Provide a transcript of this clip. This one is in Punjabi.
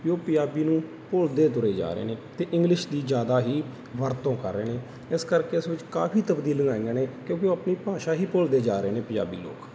ਵੀ ਉਹ ਪੰਜਾਬੀ ਨੂੰ ਭੁੱਲਦੇ ਤੁਰੇ ਜਾ ਰਹੇ ਨੇ ਅਤੇ ਇੰਗਲਿਸ਼ ਦੀ ਜ਼ਿਆਦਾ ਹੀ ਵਰਤੋਂ ਕਰ ਰਹੇ ਨੇ ਇਸ ਕਰਕੇ ਇਸ ਵਿੱਚ ਕਾਫੀ ਤਬਦੀਲੀਆਂ ਆਈਆਂ ਨੇ ਕਿਉਂਕਿ ਉਹ ਆਪਣੀ ਭਾਸ਼ਾ ਹੀ ਭੁੱਲਦੇ ਜਾ ਰਹੇ ਨੇ ਪੰਜਾਬੀ ਲੋਕ